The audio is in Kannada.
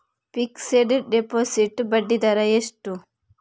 ಫಿಕ್ಸೆಡ್ ಡೆಪೋಸಿಟ್ ಬಡ್ಡಿ ದರ ಎಷ್ಟು?